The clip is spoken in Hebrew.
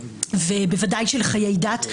ובוודאי של חיי דת,